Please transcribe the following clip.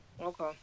Okay